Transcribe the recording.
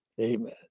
amen